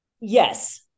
Yes